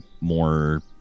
more